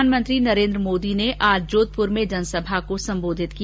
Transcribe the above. प्रधानमंत्री नरेंद्र मोदी ने आज जोधपुर में जनसभा को संबोधित किया